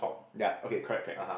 yea okay correct correct